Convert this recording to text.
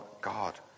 God